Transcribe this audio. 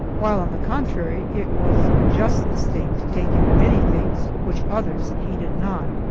while on the contrary it was in just the state to take in many things which others heeded not.